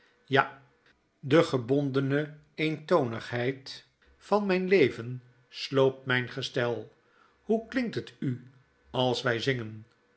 ja de gebondene eentonigheid van myn leven sloopt myn gestel hoe klinkt het u als wfl zingen